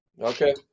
Okay